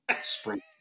spring